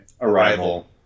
Arrival